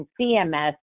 CMS